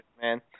man